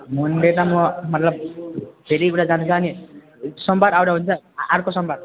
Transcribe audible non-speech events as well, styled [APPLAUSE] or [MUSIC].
Monday त म मतलब [UNINTELLIGIBLE] सोमवार आउँदा हुन्छ अर्को सोमवार